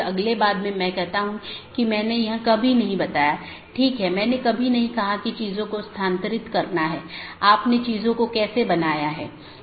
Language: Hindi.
तो इसका मतलब यह है कि यह प्रतिक्रिया नहीं दे रहा है या कुछ अन्य त्रुटि स्थिति उत्पन्न हो रही है